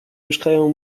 mieszkają